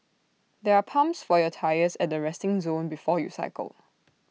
there are pumps for your tyres at the resting zone before you cycle